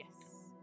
Yes